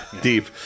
deep